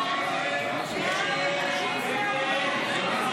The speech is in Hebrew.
הסתייגות 548 לא נתקבלה.